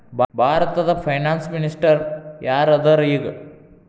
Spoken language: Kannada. ಭಾರತದ ಫೈನಾನ್ಸ್ ಮಿನಿಸ್ಟರ್ ಯಾರ್ ಅದರ ಈಗ?